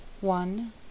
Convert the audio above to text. One